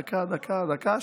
דקה.